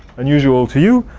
unusual to you.